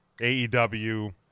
AEW